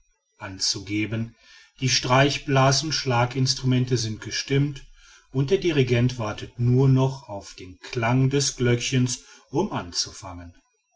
anzugeben die streich blas und schlaginstrumente sind gestimmt und der dirigent wartet nur noch auf den klang des glöckchens um anzufangen